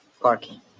Parking